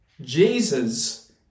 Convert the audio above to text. Jesus